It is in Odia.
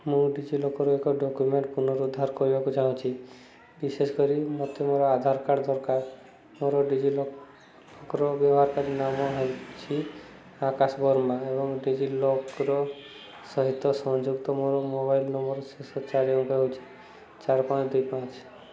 ମୁଁ ଡିଜିଲକର୍ରୁ ଏକ ଡକ୍ୟୁମେଣ୍ଟ୍ ପୁନରୁଦ୍ଧାର କରିବାକୁ ଚାହୁଁଛି ବିଶେଷ କରି ମୋତେ ମୋର ଆଧାର କାର୍ଡ଼୍ ଦରକାର ମୋର ଡିଜିଲକର୍ ବ୍ୟବହାରକାରୀ ନାମ ହେଉଛି ଆକାଶ ବର୍ମା ଏବଂ ଡିଜିଲକର୍ ସହିତ ସଂଯୁକ୍ତ ମୋର ମୋବାଇଲ୍ ନମ୍ବର୍ର ଶେଷ ଚାରି ଅଙ୍କ ହେଉଛି ଚାରି ପାଞ୍ଚ ଦୁଇ ପାଞ୍ଚ